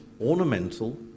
ornamental